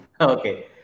Okay